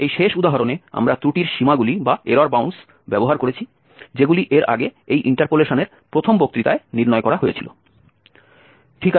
এবং এই শেষ উদাহরণে আমরা ত্রুটির সীমাগুলিও ব্যবহার করেছি যেগুলি এর আগে এই ইন্টারপোলেশনের প্রথম বক্তৃতায় নির্ণয় করা হয়েছিল